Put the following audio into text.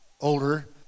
older